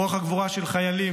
רוח הגבורה של חיילים,